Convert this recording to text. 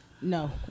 No